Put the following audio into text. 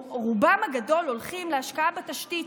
רובם הגדול הולכים להשקעה בתשתית,